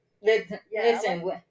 listen